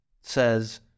says